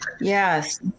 Yes